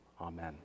Amen